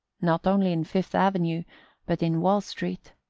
not only in fifth avenue but in wall street.